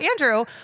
Andrew